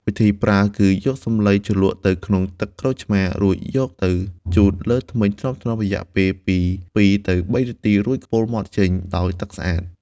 វិធីប្រើគឺយកសំឡីជ្រលក់ទៅក្នុងទឹកក្រូចឆ្មារ រួចយកទៅជូតលើធ្មេញថ្នមៗរយៈពេលពី ២ ទៅ ៣ នាទី រួចខ្ពុរមាត់ចេញដោយទឹកស្អាត។